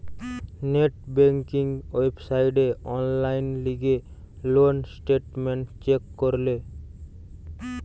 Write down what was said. net banking ওয়েবসাইটে online গিলে loan statement check করলে